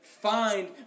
find